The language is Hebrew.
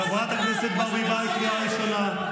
חברת הכנסת ברביבאי, קריאה ראשונה.